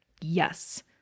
yes